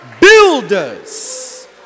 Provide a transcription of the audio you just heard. builders